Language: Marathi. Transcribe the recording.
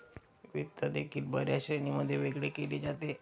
वित्त देखील बर्याच श्रेणींमध्ये वेगळे केले जाते